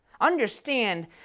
understand